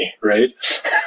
Right